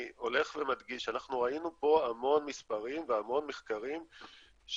אני הולך ומדגיש שאנחנו ראינו פה המון מספרים והמון מחקרים שראשית